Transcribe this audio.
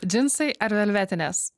džinsai ar velvetinės